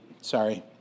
sorry